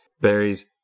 berries